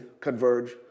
Converge